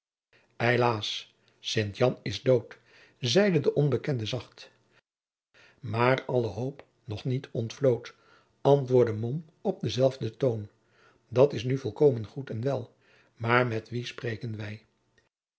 sint jan is dood zeide de onbekende zacht maar alle hoop nog niet ontvlood antwoordde mom op denzelfden toon dat is nu volkomen goed en wel maar met wien spreken wij